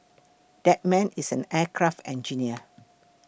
that man is an aircraft engineer